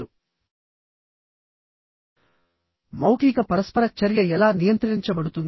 మౌఖిక పరస్పర చర్యను నియంత్రించండిమౌఖిక పరస్పర చర్య ఎలా నియంత్రించబడుతుంది